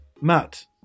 Matt